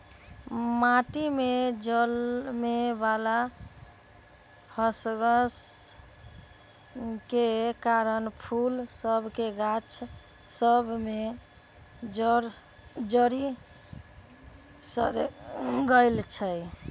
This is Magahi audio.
माटि में जलमे वला फंगस के कारन फूल सभ के गाछ सभ में जरी सरे लगइ छै